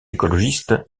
écologiste